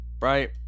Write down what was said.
right